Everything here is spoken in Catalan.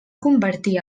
convertir